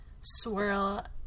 swirl